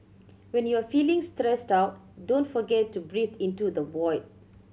when you are feeling stressed out don't forget to breathe into the void